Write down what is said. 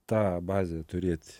tą bazę turėt